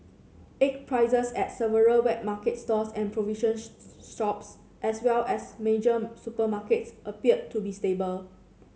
egg prices at several wet market stalls and provision shops as well as major supermarkets appear to be stable